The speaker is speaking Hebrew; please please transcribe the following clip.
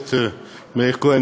הכנסת מאיר כהן,